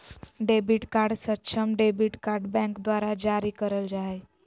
debit card सक्षम debit card bank द्वारा जारी करल जा हइ